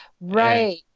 Right